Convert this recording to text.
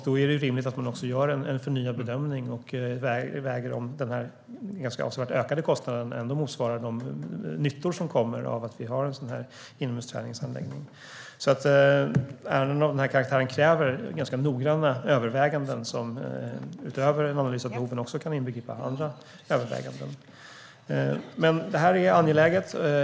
Då är det rimligt att man gör en förnyad bedömning och väger in om den ganska avsevärt ökade kostnaden ändå motsvarar den nytta som kommer av att vi har en sådan här inomhusträningsanläggning. Ärenden av den här karaktären kräver ganska noggranna överväganden som utöver en analys av behoven också kan inbegripa andra överväganden. Det här är alltså angeläget.